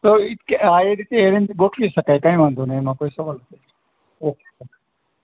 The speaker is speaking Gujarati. તો એજ કે આ એ રીતે એરેંજ ગોઠવી શકાય કાંઇ વાંધો નહીં એમાં કોઈ સવાલ નથી ઓકે ઓકે